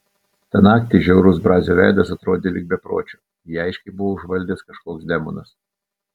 tą naktį žiaurus brazio veidas atrodė lyg bepročio jį aiškiai buvo užvaldęs kažkoks demonas